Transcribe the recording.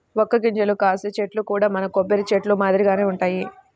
వక్క గింజలు కాసే చెట్లు కూడా మన కొబ్బరి చెట్లు మాదిరిగానే వుంటయ్యి